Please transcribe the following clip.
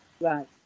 Right